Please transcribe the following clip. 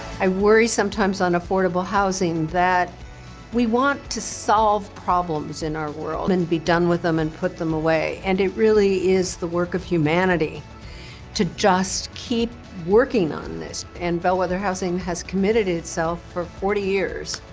i worry sometimes on affordable housing that we want to solve problems in our world and be done with them and put them away. and it really is the work of humanity to just keep working on this. and bellwether housing has committed itself for forty years.